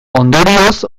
ondorioz